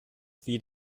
wie